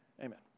Amen